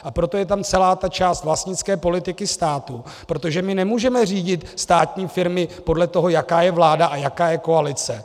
A proto je tam celá ta část vlastnické politiky státu, protože my nemůžeme řídit státní firmy podle toho, jaká je vláda a jaká je koalice.